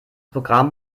programm